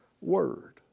word